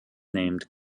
named